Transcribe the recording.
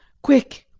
quick,